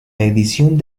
edición